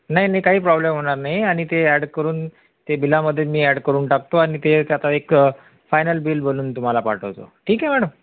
नाही नाही काही प्रॉब्लेम होणार नाही आणि ते ॲड करून ते बिलामध्ये मी ॲड करून टाकतो आणि ते एक आता एक फायनल बिल बनवून तुम्हाला पाठवतो ठीक आहे मॅडम